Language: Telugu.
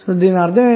దీని అర్థం ఏమిటి